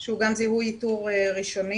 שהוא גם זיהוי איתור ראשוני,